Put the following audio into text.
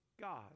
God